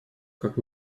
как